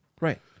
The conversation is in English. right